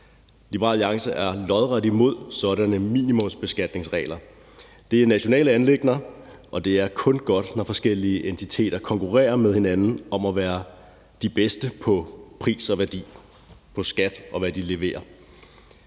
Liberal Alliance er lodret imod sådanne minimumsbeskatningsregler. Det er nationale anliggender, og det er kun godt, når forskellige entiteter konkurrerer med hinanden om at være de bedste på pris, værdi, skat, og hvad de leverer.